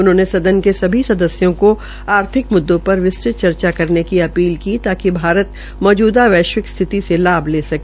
उन्होंने सदन के सभी सदस्यों को आर्थिक म्द्दों पर विस्तृत चर्चा करने की अपील की ताकि भारत मौजूदा वैश्विक स्थिति से लाभ ले सके